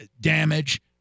damage